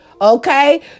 okay